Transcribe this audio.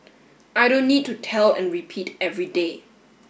I don't need to tell and repeat every day